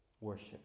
worship